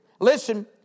Listen